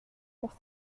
pour